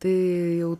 tai jau